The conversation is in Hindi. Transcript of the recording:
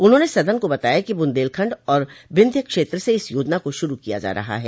उन्होंने सदन को बताया कि बुंदेलखण्ड और बिंध्य क्षेत्र से इस योजना को शुरु किया जा रहा है